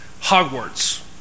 Hogwarts